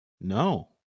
No